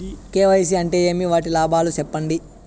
KYC అంటే ఏమి? వాటి లాభాలు సెప్పండి?